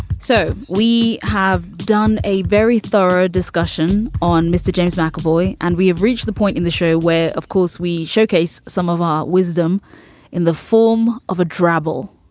so we have done a very thorough discussion on mr. james mcavoy and we have reached the point in the show where, of course, we showcase some of our wisdom in the form of a drabble,